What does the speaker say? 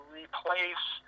replace